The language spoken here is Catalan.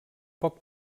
poc